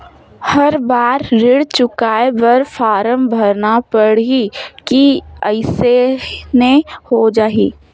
हर बार ऋण चुकाय बर फारम भरना पड़ही की अइसने हो जहीं?